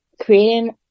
creating